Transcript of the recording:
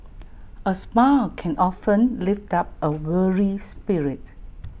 A smile can often lift up A weary spirit